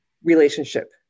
relationship